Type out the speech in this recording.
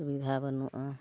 ᱥᱩᱵᱤᱫᱷᱟ ᱵᱟᱹᱱᱩᱜᱼᱟ